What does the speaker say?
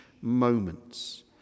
moments